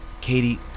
Katie